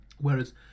Whereas